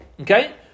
Okay